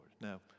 Now